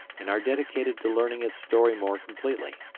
and are dedicated to learning its story more completely.